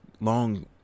long